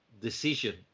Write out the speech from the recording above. decision